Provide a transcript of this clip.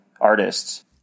artists